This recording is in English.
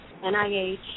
NIH